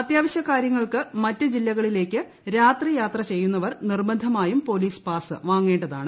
അത്യാവശ്യ കാര്യങ്ങൾക്ക് മറ്റ് ജില്ലകളിലേക്ക് രാത്രി യാത്ര ചെയ്യുന്നവർ നിർബന്ധമായും പോലീസ് പാസ് വാങ്ങേണ്ടതാണ്